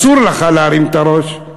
אסור לך להרים את הראש.